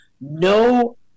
no